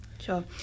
Sure